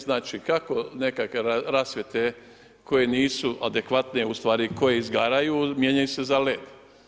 Znači kako nekakve rasvjete koje nisu adekvatne ustvari koje izgaraju mijenjaju se za led.